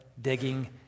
digging